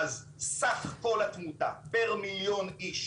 אז סך כל התמותה פר מיליון איש,